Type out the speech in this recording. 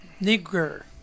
Nigger